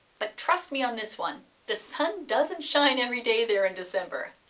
but trust me on this one, the sun doesn't shine every day there in december.